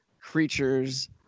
creatures